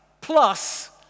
plus